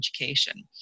education